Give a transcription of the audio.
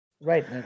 Right